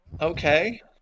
Okay